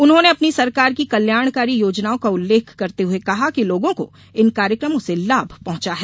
उन्होंने अपनी सरकार की कल्याणकारी योजनाओं का उल्लेनख करते हुए कहा कि लोगों को इन कार्यक्रमों से लाभ पहुंचा है